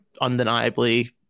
undeniably